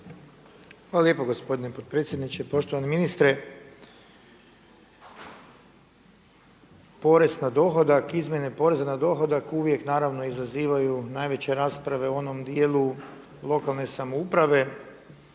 Hvala lijepo gospodine potpredsjedniče, poštovani ministre. Porez na dohodak, izmjene poreza na dohodak uvijek naravno izazivaju najveće rasprave u onom dijelu lokalne samouprave.